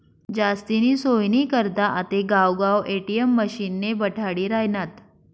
जास्तीनी सोयनी करता आते गावगाव ए.टी.एम मशिने बठाडी रायनात